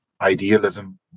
idealism